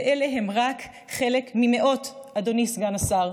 אלה הם רק חלק ממאות, אדוני סגן השר,